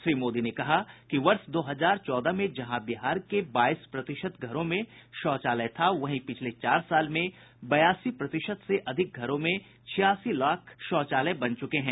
श्री मोदी ने कहा कि वर्ष दो हजार चौदह में जहां बिहार के बाईस प्रतिशत घरों में शौचालय था वहीं पिछले चार साल में बयासी प्रतिशत से अधिक घरों में छियासी लाख शौचालय बन चुके हैं